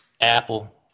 Apple